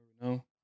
No